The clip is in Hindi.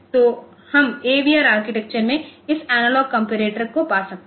तो हम AVR आर्किटेक्चर में इस एनालॉग कमपेरेटर को पा सकते है